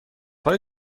های